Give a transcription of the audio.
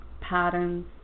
patterns